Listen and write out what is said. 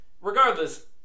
regardless